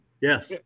yes